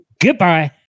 Goodbye